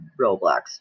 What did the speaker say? Roblox